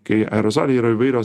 kai aerozolyj yra įvairios